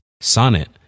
Sonnet